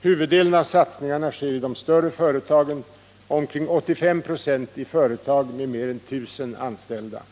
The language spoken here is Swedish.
Huvuddelen av satsningarna sker i de större företagen, omkring 85 96 i företag med mer än 1 000 anställda.